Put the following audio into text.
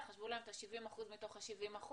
יחשבו להן את ה-70% מתוך ה-70%.